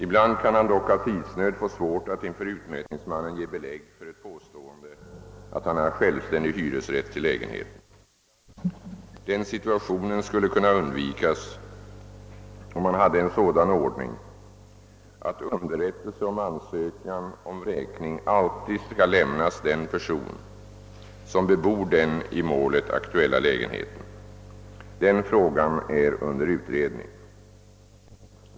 Ibland kan han dock av tidsnöd få svårt att inför utmätningsmannen ge belägg för ett påstående att han har självständig hyresrätt till lägenheten. Denna situation skulle kunna undvikas om man hade en sådan ordning att underrättelse om ansökan om vräkning alltid lämnas den person som bebor den i målet aktuella lägenheten. Denna fråga är under utredning.